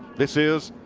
this is,